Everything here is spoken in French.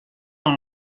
dans